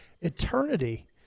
eternity